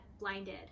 blinded